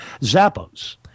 Zappos